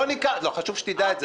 חשוב שתדע את זה.